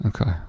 Okay